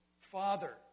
Father